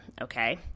okay